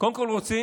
קודם כול רוצים,